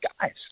guys